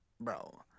Bro